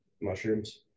mushrooms